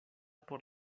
por